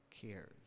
cares